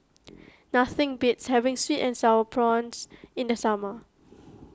nothing beats having Sweet and Sour Prawns in the summer